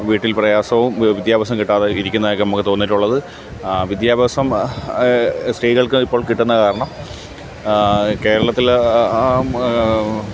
വീട്ടിൽ പ്രയാസവും വിദ്യാഭ്യാസം കിട്ടാതെയും ഇരിക്കുന്നതൊക്കെ നമുക്ക് തോന്നിയിട്ടുള്ളത് വിദ്യാഭ്യാസം സ്ത്രീകൾക്ക് ഇപ്പോൾ കിട്ടുന്ന കാരണം കേരളത്തിൽ